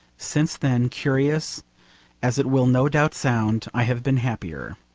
since then curious as it will no doubt sound i have been happier.